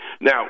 Now